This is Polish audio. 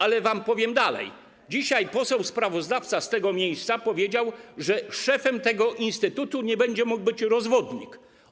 Ale wam powiem dalej: dzisiaj poseł sprawozdawca z tego miejsca powiedział, że szefem tego instytutu nie będzie mógł być rozwodnik.